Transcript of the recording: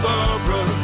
Barbara